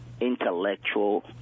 intellectual